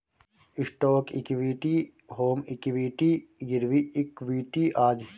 stock equity, home equity, गिरवी equity आदि